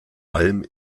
allem